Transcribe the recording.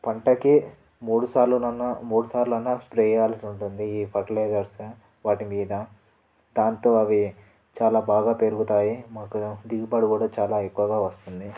పంటకి మూడుసార్లునన్న మూడుసార్లు అన్న స్ప్రే చేయాల్సి ఉంటుంది ఈ ఫర్టిలైజర్స్ వాటి మీద దాంతో అవి చాలా బాగా పెరుగుతాయి మొక్కలు దిగుబడి కూడా చాలా ఎక్కువగా వస్తుంది